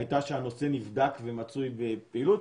הייתה שהנושא נבדק ומצוי בפעילות.